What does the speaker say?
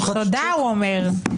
תודה, הוא אומר.